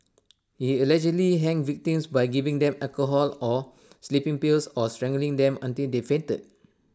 he allegedly hanged victims by giving them alcohol or sleeping pills or strangling them until they fainted